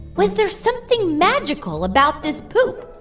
was there something magical about this poop?